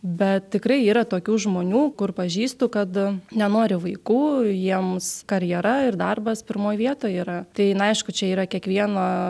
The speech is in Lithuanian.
bet tikrai yra tokių žmonių kur pažįstu kad nenori vaikų jiems karjera ir darbas pirmoj vietoj yra tai na aišku čia yra kiekvieno